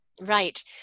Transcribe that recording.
Right